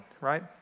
Right